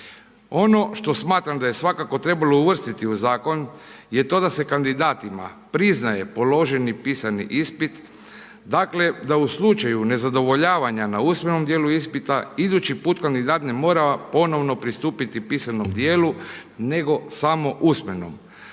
Ono što smatram da je svakako trebalo uvrstiti u zakon je to da se kandidatima priznaje položeni pisani ispit, dakle da u slučaju nezadovoljavanja na usmenom djelu ispita, idući put kandidat ne mora ponovno pristupiti pisanom djelu nego samo usmenom.